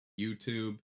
YouTube